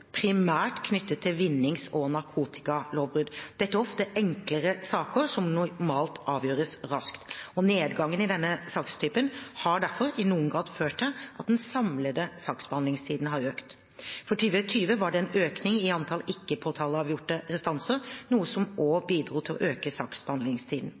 primært knyttet til vinnings- og narkotikalovbrudd. Dette er ofte enklere saker som normalt avgjøres raskt, og nedgangen i denne sakstypen har derfor i noen grad ført til at den samlede saksbehandlingstiden har økt. Før 2020 var det en økning i antall ikke-påtaleavgjorte restanser, noe som